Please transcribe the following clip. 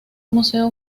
museo